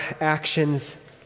actions